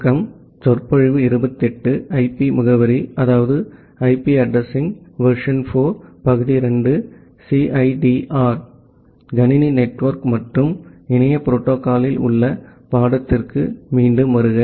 computer network மற்றும் இணைய ப்ரோடோகாலில் உள்ள பாடத்திற்கு மீண்டும் வருக